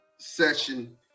session